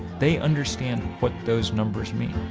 they understand what those numbers mean.